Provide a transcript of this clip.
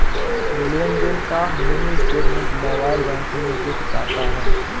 लेनदेन का mini statement mobile banking में दिख जाता है